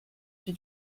she